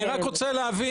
אני רק רוצה להבין.